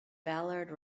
ballard